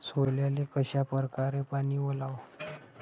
सोल्याले कशा परकारे पानी वलाव?